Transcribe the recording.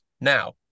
Now